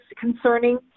concerning